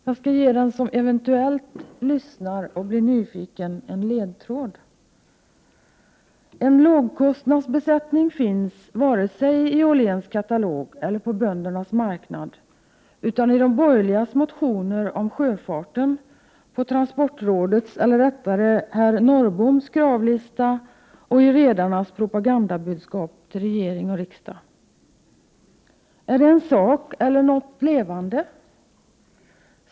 Jag skall ge den som eventuellt lyssnar och blir nyfiken en ledtråd: En ”lågkostnadsbesättning” finns varken i Åhléns katalog eller på böndernas marknad, utan i de borgerligas motioner om sjöfarten, på transportrådets — eller rättare sagt herr Norrboms — kravlista och i redarnas propagandabudskap till regering och riksdag. Är det en sak eller något levande?